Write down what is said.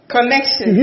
Connection